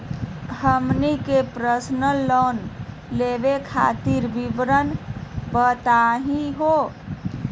हमनी के personal loan लेवे खातीर विवरण बताही हो?